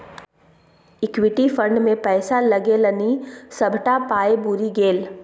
equity fund मे पैसा लगेलनि सभटा पाय बुरि गेल